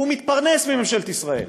הוא מתפרנס מממשלת ישראל,